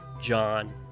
John